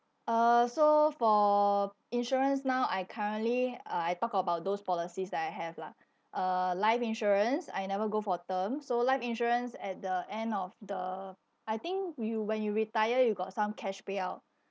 uh so for insurance now I currently uh I talk about those policies that I have lah uh life insurance I never go for term so life insurance at the end of the I think you when you retire you got some cash payout